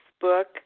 book